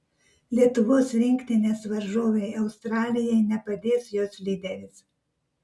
lietuvos rinktinės varžovei australijai nepadės jos lyderis